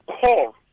call